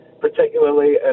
particularly